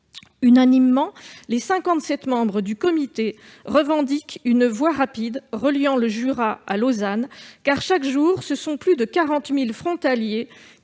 Unanimement, les 57 membres du comité réclament une voie rapide reliant le Jura à Lausanne. En effet, chaque jour, plus de 40 000 frontaliers